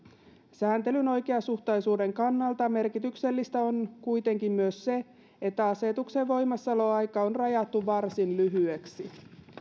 sääntelyn oikeasuhtaisuuden kannalta merkityksellistä on kuitenkin myös se että asetuksen voimassaoloaika on rajattu varsin lyhyeksi